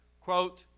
quote